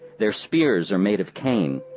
their spears are made of cane.